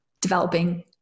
developing